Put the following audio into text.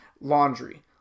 laundry